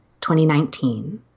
2019